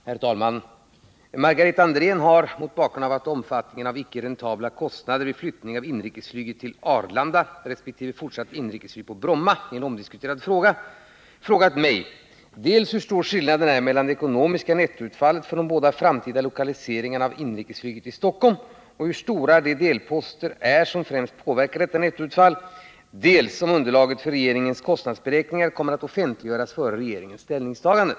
Herr talman! Margareta Andrén har, mot bakgrund av att omfattningen av icke räntabla kostnader vid flyttning av inrikesflyget till Arlanda resp. fortsatt inrikesflyg på Bromma är en omdiskuterad fråga, frågat mig dels hur stor skillnaden är mellan det ekonomiska nettoutfallet för de båda framtida lokaliseringarna av inrikesflyget i Stockholm och hur stora de delposter är som främst påverkar detta nettoutfall, dels om underlaget för regeringens kostnadsberäkningar kommer att offentliggöras före regeringens ställningstagande.